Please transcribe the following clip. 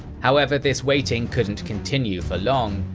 however, this waiting couldn't continue for long,